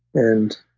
and